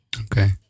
okay